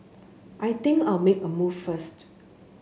I think I'll make a move first